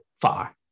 far